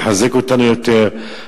יחזק אותנו יותר,